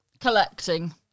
collecting